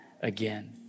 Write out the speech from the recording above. again